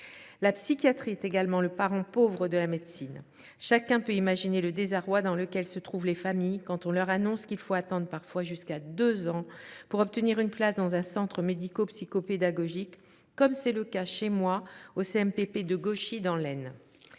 La psychiatrie est également le parent pauvre de la médecine. Chacun peut imaginer le désarroi dans lequel se trouvent les familles quand on leur annonce qu’il faut attendre parfois jusqu’à deux ans pour obtenir une place dans un centre médico psycho pédagogique, comme c’est le cas chez moi, au CMPP de Gauchy, dans l’Aisne.